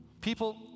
People